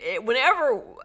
whenever